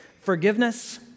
Forgiveness